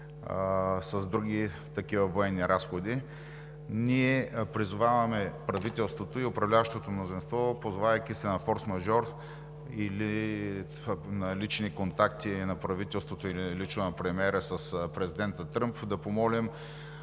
с други такива военни разходи. Ние призоваваме правителството и управляващото мнозинство, позовавайки се на форсмажор или на лични контакти на правителството, или лично на премиера с президента Тръмп, да помолим